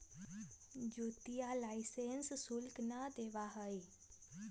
ज्योतिया लाइसेंस शुल्क ना देवा हई